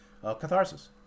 catharsis